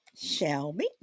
Shelby